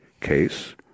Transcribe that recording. case